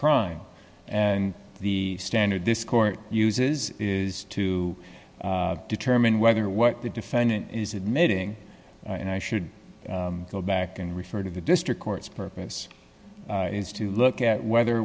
crime and the standard this court uses is to determine whether what the defendant is admitting and i should go back and refer to the district court's purpose is to look at whether